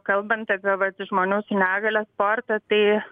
kalbant apie vat žmonių su negalia sportą tai